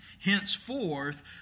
Henceforth